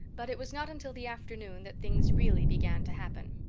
but it was not until the afternoon that things really began to happen.